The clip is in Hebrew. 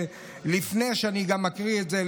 לפני שאני גם אקריא את זה,